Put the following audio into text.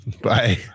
Bye